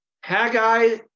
Haggai